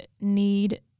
need